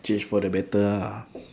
change for the better ah